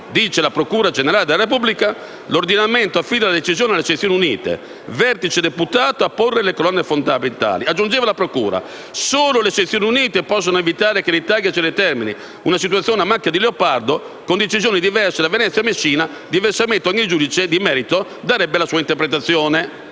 scrive la procura generale della Repubblica - l'ordinamento affida la decisione alle sezioni unite, vertice deputato a porre le colonne fondamentali della giurisprudenza. Aggiunge, poi, la procura che solo le sezioni unite possono evitare che in Italia si determini una situazione "a macchia di leopardo" con decisioni diverse da Venezia a Messina; diversamente ogni giudice di merito darebbe la sua interpretazione.